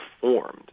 formed